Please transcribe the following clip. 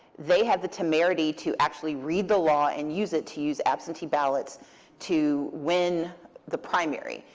they had the temerity to actually read the law and use it to use absentee ballots to win the primary.